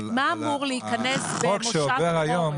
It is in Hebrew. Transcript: אבל החוק שעובר היום,